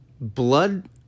blood